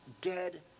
dead